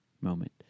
moment